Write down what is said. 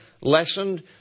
lessened